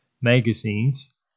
magazines